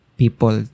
people